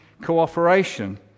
cooperation